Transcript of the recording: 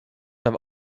have